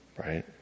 right